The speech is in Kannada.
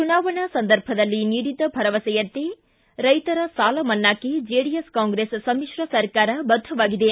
ಚುನಾವಣಾ ಸಂದರ್ಭದಲ್ಲಿ ನೀಡಿದ್ದ ಭರವಸೆಯಂತೆ ರೈತರ ಸಾಲಮನ್ನಾಕ್ಷೆ ಜೆಡಿಎಸ್ ಕಾಂಗ್ರೆಸ್ ಸಮಿತ್ರ ಸರ್ಕಾರ ಬದ್ದವಾಗಿದೆ